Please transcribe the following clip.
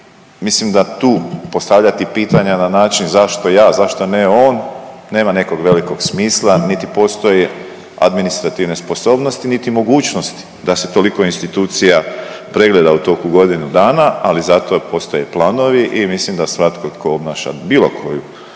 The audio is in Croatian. mislim da tu postavljati pitanja na način zašto ja, zašto ne on nema nekog velikog smisla niti postoje administrativne sposobnosti niti mogućnosti da se toliko institucija pregleda u toku godinu dana, ali zato postoje planovi i mislim da svatko tko obnaša bilo koju